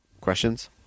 questions